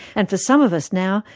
and for some of us now,